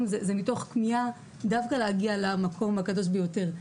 זה מתוך כמיהה דווקא להגיע למקום הקדוש ביותר.